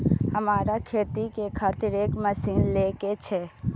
हमरा खेती के खातिर एक मशीन ले के छे?